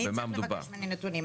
מי צריך לבקש ממני נתונים?